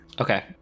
Okay